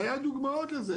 היו דוגמאות לזה.